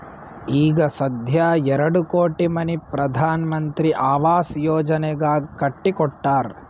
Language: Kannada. ಈಗ ಸಧ್ಯಾ ಎರಡು ಕೋಟಿ ಮನಿ ಪ್ರಧಾನ್ ಮಂತ್ರಿ ಆವಾಸ್ ಯೋಜನೆನಾಗ್ ಕಟ್ಟಿ ಕೊಟ್ಟಾರ್